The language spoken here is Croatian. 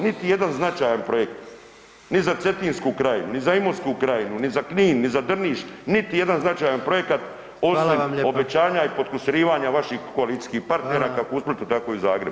Niti jedan značajan projekt, ni za Cetinsku krajinu, ni za Imotsku krajinu ni za Knin ni za Drniš niti jedan značajan projekat osim obećanja [[Upadica: Hvala vam lijepa.]] i potkusurivanja vaših koalicijskih partnera [[Upadica: Hvala.]] kako u Splitu, tako i u Zagrebu.